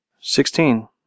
Sixteen